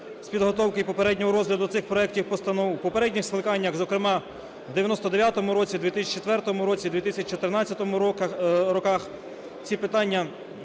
підготовки і попереднього розгляду цих проектів постанов. В попередніх скликаннях, зокрема, в 99-му році, в 2004 році, в 2014 роках ці питання